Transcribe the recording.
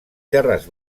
terres